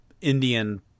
Indian